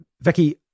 Vicky